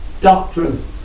doctrine